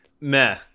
Meh